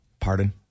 Pardon